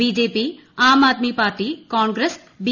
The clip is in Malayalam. BJP Aam Aadmi Party Congress B